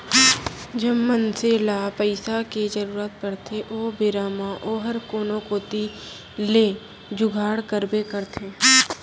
जब मनसे ल पइसा के जरूरत परथे ओ बेरा म ओहर कोनो कोती ले जुगाड़ करबे करथे